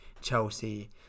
Chelsea